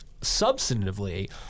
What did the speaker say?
substantively